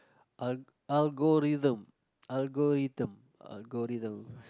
alg~ algorithm algorithm algorithm